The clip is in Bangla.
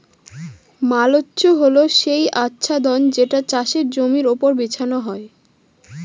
মালচ্য হল সেই আচ্ছাদন যেটা চাষের জমির ওপর বিছানো হয়